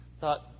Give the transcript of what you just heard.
thought